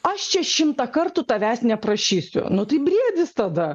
aš čia šimtą kartų tavęs neprašysiu nu tai briedis tada